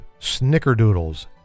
Snickerdoodles